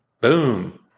Boom